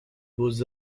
beaux